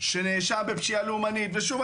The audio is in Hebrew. שנאשם בפשיעה לאומנית שוב,